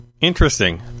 Interesting